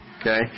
Okay